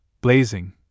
blazing